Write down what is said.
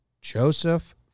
Joseph